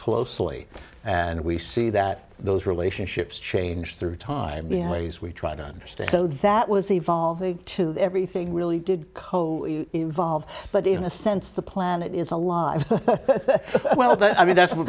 closely and we see that those relationships change through time in ways we try to understand so that was evolving to everything really did evolve but in a sense the planet is alive i mean that's what